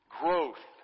growth